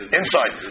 inside